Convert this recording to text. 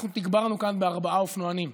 אנחנו תגברנו כאן בארבעה אופנוענים,